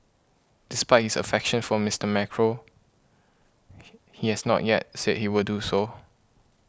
despite his affection for Mister Macron he he has not yet said he will do so